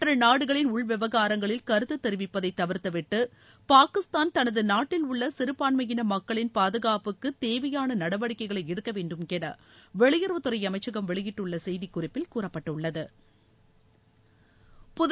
மற்ற நாடுகளின் உள்விவகாரங்களில் கருத்து தெரிவிப்பதை தவிா்த்துவிட்டு பாகிஸ்தான் தனது நாட்டில் உள்ள சிறுபான்மையின மக்களின் பாதுகாப்புக்கு தேவையாள நடவடிக்கைகளை எடுக்க வேண்டும் என வெளியுறவுத்துறை அமைச்சகம் வெளியிட்டுள்ள செய்திக்குறிப்பில் கூறப்பட்டுள்ளது